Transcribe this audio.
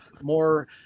more